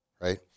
right